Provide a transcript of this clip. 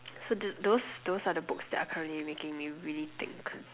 so those those are the books that are currently making me really think